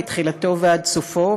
מתחילתו ועד סופו,